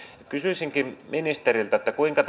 kysyisinkin ministeriltä kuinka